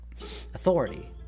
authority